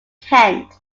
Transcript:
kent